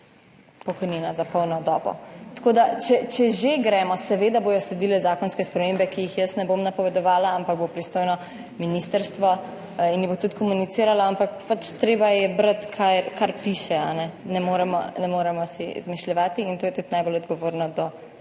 pokojnina za polno dobo, tako da, če že gremo, seveda bodo sledile zakonske spremembe, ki jih jaz ne bom napovedovala, ampak bo pristojno ministrstvo in jih bo tudi komuniciralo, ampak pač treba je brati kar piše, ne moremo si izmišljevati in to je tudi najbolj odgovorno do